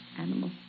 animal